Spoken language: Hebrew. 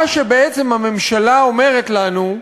מה שבעצם הממשלה אומרת לנו,